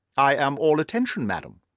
i am all attention, madam.